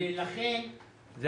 בחיפה 15%,